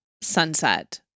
sunset